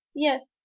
Yes